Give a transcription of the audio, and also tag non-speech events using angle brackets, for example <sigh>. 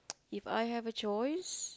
<noise> If I have a choice